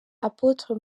apotre